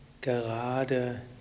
gerade